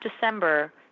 December